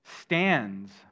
stands